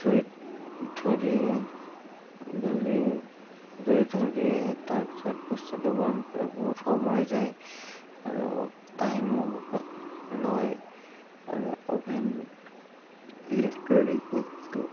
জুই ধৰিয়ে ধৰি জুই ধৰিয়ে তাৰ পিছত বস্তুটো গৰম কৰে বহুত সময় যায় আৰু টাইমো লয় মানে অভেন ইলেক্ট্ৰনিক বস্তু